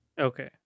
Okay